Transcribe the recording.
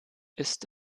ist